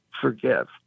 forgive